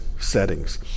settings